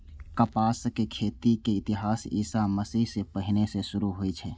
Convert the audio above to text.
कपासक खेती के इतिहास ईशा मसीह सं पहिने सं शुरू होइ छै